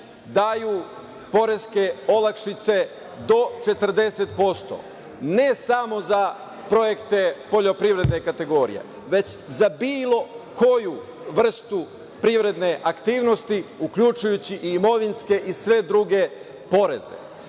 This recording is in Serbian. daju poreske olakšice do 40%, ne samo za projekte poljoprivredne kategorije, već za bilo koju vrstu privredne aktivnosti, uključujući i imovinske i sve druge poreze,